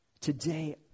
today